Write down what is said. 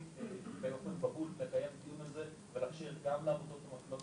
באופן בהול לקיים דיון על זה ולאפשר גם לעמותות הנותנות